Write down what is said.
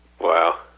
Wow